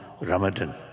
Ramadan